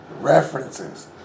References